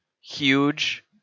huge